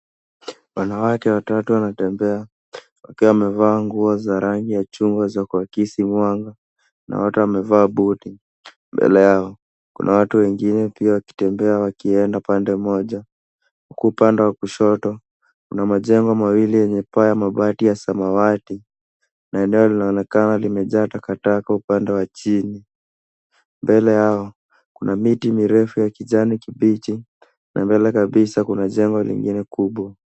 Wanawake watatu wanatembea wakiwa wamevaa nguo za rangi ya chungwa ya kuakisi mwangana wote wamevaa buti. Mbele yao kuna watu wengine pia wakitembea wakienda upande moja huku upande wa kushoto kuna majengo mawili yenye paa ya mabati ya samawati na eneo linaonekana limejaa takataka upande wa chini. Mbele yao kuna miti mirefu ya kijani kibichi na mbele kabisa kuna jengo lingine kubwa.